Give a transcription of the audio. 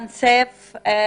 סייף,